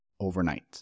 overnight